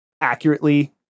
accurately